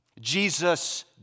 Jesus